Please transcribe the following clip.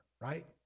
right